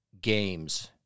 games